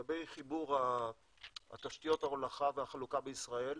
לחבר את תשתיות ההולכה והחלוקה בישראל.